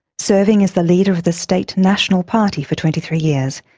serving as the leader of the state national party for twenty three years,